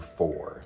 four